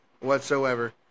whatsoever